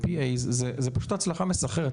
PA זו פשוט הצלחה מסחררת.